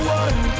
one